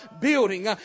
building